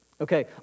Okay